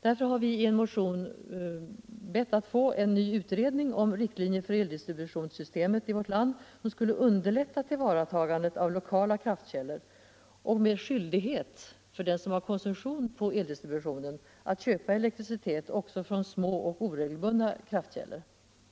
Därför har vi i en motion begärt utredning om riktlinjer för eldistributionen som skulle underlätta tillvaratagandet av lokala kraftkällor, med skyldighet för den som har koncession på eldistributionen att köpa elektricitet också från små och oregelbundna kraftkällor.